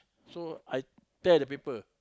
so I tear the paper